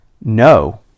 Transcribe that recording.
no